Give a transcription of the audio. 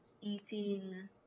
eating